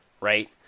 right